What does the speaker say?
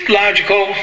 logical